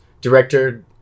director